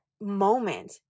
moment